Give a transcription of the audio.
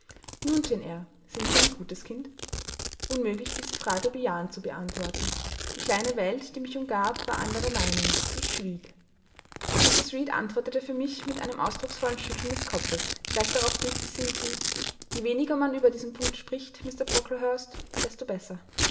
nun jane eyre sind sie ein gutes kind unmöglich diese frage bejahend zu beantworten die kleine welt die mich umgab war anderer meinung ich schwieg mrs reed antwortete für mich mit einem ausdrucksvollen schütteln des kopfes gleich darauf fügte sie hinzu je weniger man über diesen punkt spricht mr brocklehurst desto besser